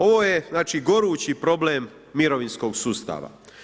Ovo je znači gorući problem mirovinskog sustava.